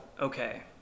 okay